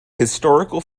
historical